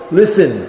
listen